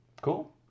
Cool